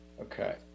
okay